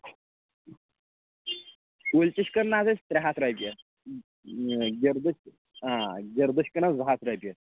کُلۍ تہِ چھِ کٕنان آز أسۍ ترٛےٚ ہَتھ رۄپیہِ گِردٕ آ گِردٕ چھِ کٕنان زٕ ہَتھ رۄپیہِ